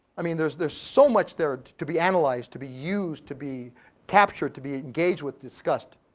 i mean, there's there's so much there to be analyzed, to be used, to be captured, to be engaged with, discussed.